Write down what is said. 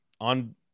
on